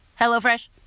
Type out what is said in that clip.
HelloFresh